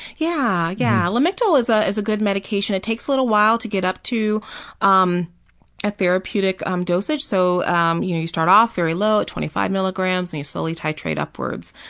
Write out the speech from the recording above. yeah, yeah. lamictal is ah is a good medication. it takes a little while to get up to um therapeutic therapeutic um dosage. so um you you start off very low at twenty five milligrams and you slowly titrate upwards.